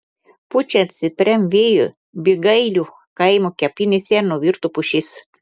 pučiant stipriam vėjui bygailių kaimo kapinėse nuvirto pušis